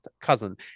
cousin